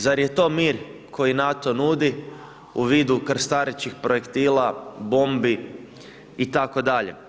Zar je to mir koji NATO nudi u vidu krstarećih projektila, bombi itd.